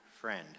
friend